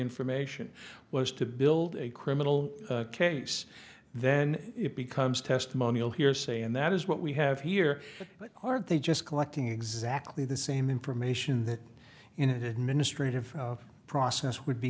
information was to build a criminal case then it becomes testimonial hearsay and that is what we have here but are they just collecting exactly the same information that an administrative process would be